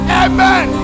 amen